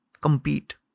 Compete